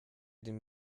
den